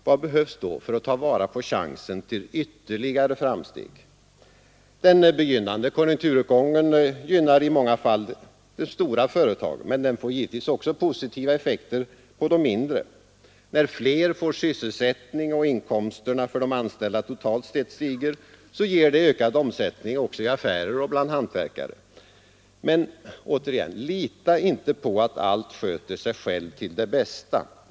Vad behövs då för att ta vara på chansen till ytterligare framsteg? Den begynnande konjunkturuppgången gynnar i många fall de stora företagen, men den har givetvis också positiva effekter bland de mindre. När fler får sysselsättning och inkomsterna för de anställda totalt sett stiger ger det ökad omsättning också i affärer och bland hantverkare. Men återigen: Lita inte på att allt sköter sig självt till det bästa!